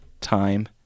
time